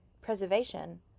Preservation